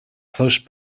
close